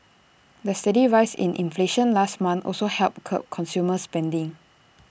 the steady rise in inflation last month also helped curb consumer spending